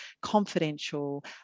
confidential